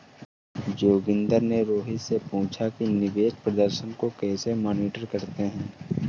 जोगिंदर ने रोहित से पूछा कि निवेश प्रदर्शन को कैसे मॉनिटर करते हैं?